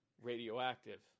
radioactive